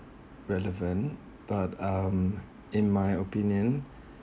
relevant but um in my opinion